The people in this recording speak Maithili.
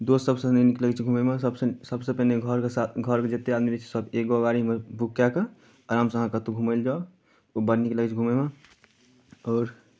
दोस्तसभ सङ्गे नीक लगैत छै घूमयमे सभसँ सभसँ पहिने घरके साथ घरके जतेक आदमी रहैत छै सभ एगो गाड़ीमे बुक कए कऽ आरामसँ अहाँ कतहु घूमय लए जाउ ओ बड़ नीक लगैत छै घूमयमे आओर